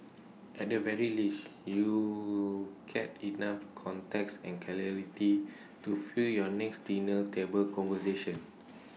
at the very least you'll get enough context and clarity to fuel your next dinner table conversation